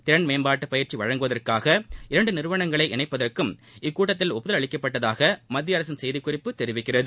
திறன்மேம்பாட்டு பயிற்சி வழங்குவதற்காக இரண்டு நிறுவனங்களை இணைப்பதற்கும் இக்கூட்டத்தில் ஒப்புதல் அளிக்கப்பட்டதாக மத்தியஅரசின் செய்திக்குறிப்பு தெரிவிக்கிறது